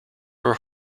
were